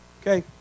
Okay